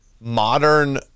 modern